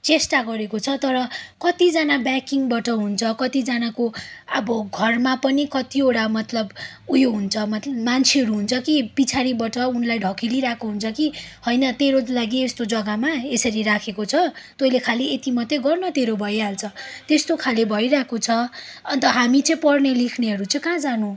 चेष्टा गरेको छ तर कतिजना ब्याकिङबाट हुन्छ कतिजनाको अब घरमा पनि कतिवटा मतलब उयो हुन्छ मत मान्छेहरू हुन्छ कि पछाडिबाट उनलाई ढकेलिरहेको हुन्छ कि होइन तेरो लागि यस्तो जग्गामा यसरी राखेको छ तैँले खाली यति मात्रै गर् न तेरो भइहाल्छ त्यस्तो खाले भइरहेको छ अन्त हामी चाहिँ पढ्नेलेख्नेहरू चाहिँ कहाँ जानु